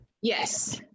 yes